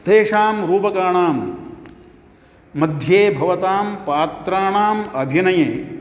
तेषां रूपकाणां मध्ये भवतां पात्राणाम् अभिनये